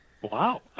Wow